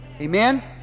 Amen